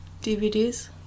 DVDs